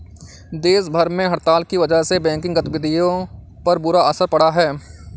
देश भर में हड़ताल की वजह से बैंकिंग गतिविधियों पर बुरा असर पड़ा है